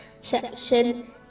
section